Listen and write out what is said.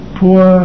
poor